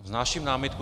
Vznáším námitku.